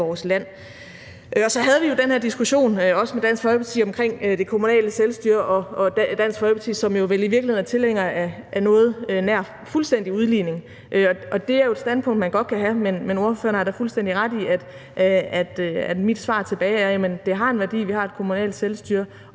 Så havde vi jo den her diskussion også med Dansk Folkeparti om det kommunale selvstyre. Dansk Folkeparti er i virkeligheden tilhængere af noget nær fuldstændig udligning. Det er jo et standpunkt, man godt kan have, men ordføreren har da fuldstændig ret i, at mit svar tilbage er, at det har en værdi, at vi har et kommunalt selvstyre